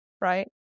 right